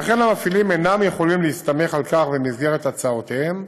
לכן המפעילים אינם יכולים להסתמך על כך במסגרת הצעותיהם,